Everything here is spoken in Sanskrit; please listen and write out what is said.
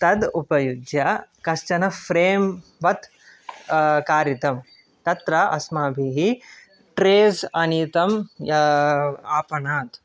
तद् उपयुज्य कश्चन फ़्रेम्वत् कारितम् तत्र अस्माभिः ट्रेज् आनीतम् आपणात्